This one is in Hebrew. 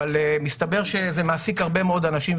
אבל מסתבר שזה מעסיק הרבה מאוד אנשים,